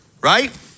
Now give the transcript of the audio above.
right